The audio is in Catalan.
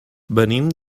venim